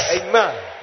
Amen